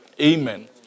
Amen